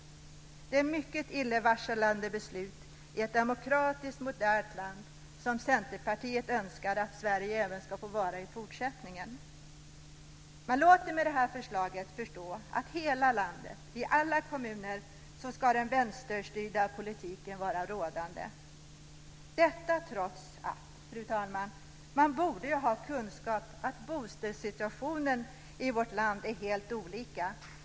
Det är mycket illavarslande beslut i ett demokratiskt modernt land, som Centerpartiet önskar att Sverige även ska få vara i fortsättningen. Man låter med detta förslag förstå att i hela landet, i alla kommuner, ska den vänsterstyrda politiken vara rådande. Detta är trots att, fru talman, man borde ha kunskap om att bostadssituationen i vårt land är helt olika.